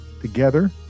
together